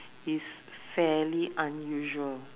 is fairly unusual